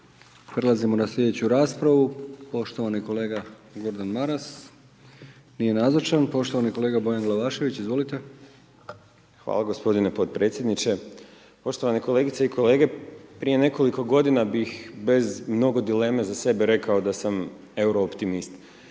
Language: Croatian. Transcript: Prelazimo na slijedeću raspravu. Poštovani kolega Gordan Maras, nije nazočan. Poštovani kolega Bojan Glavašević, izvolite. **Glavašević, Bojan (Nezavisni)** Hvala gospodine podpredsjedniče. Poštovani kolegice i kolege, prije nekoliko godina bih bez mnogo dileme za sebe rekao da sam Euro optimist,